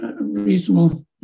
reasonable